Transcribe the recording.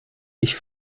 dich